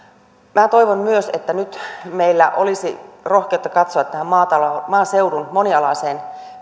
minä toivon myös että nyt meillä olisi rohkeutta katsoa tätä maaseudun monialaista